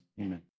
amen